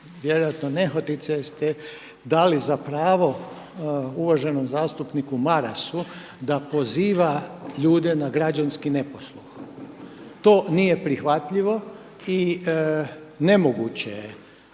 vjerojatno nehotice jer ste dali za pravo uvaženom zastupniku Marasu da poziva ljude na građanski neposluh. To nije prihvatljivo i nemoguće je